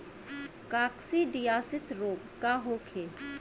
काकसिडियासित रोग का होखे?